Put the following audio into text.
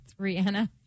Rihanna